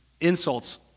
insults